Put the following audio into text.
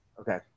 Okay